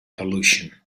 pollution